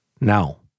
now